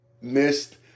missed